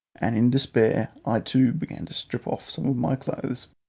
and in despair i too began to strip off some of my clothes.